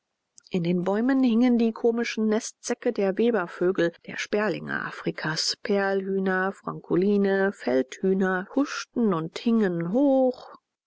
an den bäumen hingen die komischen nestsäcke der webervögel der sperlinge afrikas perlhühner frankoline feldhühner huschten und gingen hoch